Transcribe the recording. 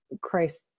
Christ